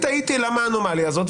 אני תהיתי למה האנומליה הזאת,